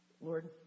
Lord